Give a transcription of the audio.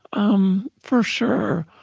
um for sure.